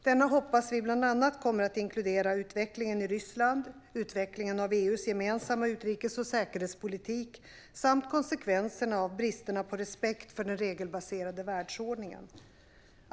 Denna hoppas vi bland annat kommer att inkludera utvecklingen i Ryssland, utvecklingen av EU:s gemensamma utrikes och säkerhetspolitik samt konsekvenserna av bristen på respekt för den regelbaserade världsordningen.